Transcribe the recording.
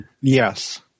Yes